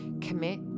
commit